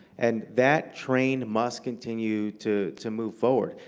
and that train must continue to to move forward.